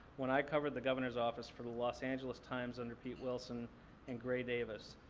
when i covered the governor's office for the los angeles times under pete wilson and gray davis.